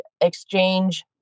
exchange